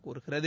கோருகிறது